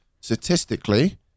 statistically